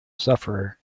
sufferer